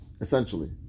essentially